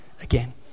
again